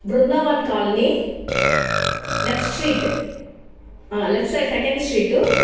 Brindavan colony left street left side second street